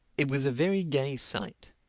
it was a very gay sight.